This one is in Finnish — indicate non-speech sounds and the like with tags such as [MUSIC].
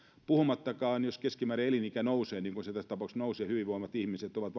puhumattakaan jos keskimääräinen elinikä nousee niin kuin se tässä tapauksessa nousee ja vanhemmat ihmiset ovat [UNINTELLIGIBLE]